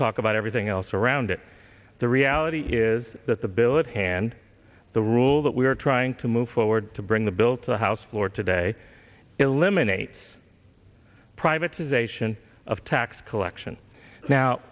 talk about everything else around it the reality is that the bill that hand the rules that we are trying to move forward to bring the bill to the house floor today eliminate privatization of tax collection now